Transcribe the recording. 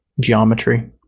geometry